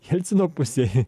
jelcino pusėj